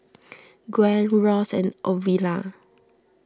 Gwen Ross and Ovila